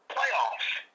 Playoffs